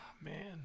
Man